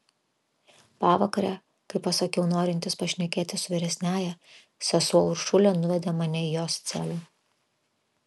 pavakare kai pasakiau norintis pašnekėti su vyresniąja sesuo uršulė nuvedė mane į jos celę